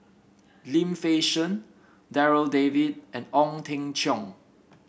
Lim Fei Shen Darryl David and Ong Teng Cheong